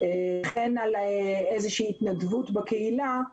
וכן על התנדבות בקהילה.